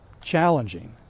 challenging